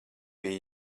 bija